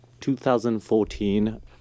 2014